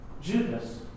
Judas